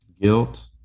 Guilt